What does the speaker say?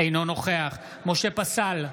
אינו נוכח משה פסל,